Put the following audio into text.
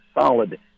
solid